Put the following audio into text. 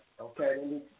Okay